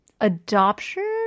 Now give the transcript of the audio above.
adoption